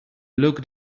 looked